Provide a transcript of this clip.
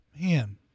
Man